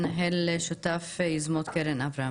מנהל שותף יוזמת קרן אברהם,